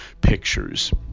pictures